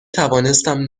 توانستم